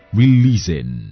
releasing